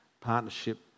partnership